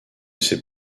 ces